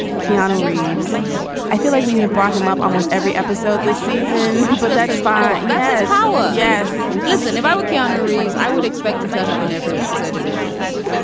keanu reeves. and i feel like we have brought him up almost every episode this season, but that is fire yeah power. yes listen, if i were keanu reeves, i would expect to turn up in every episode of everything.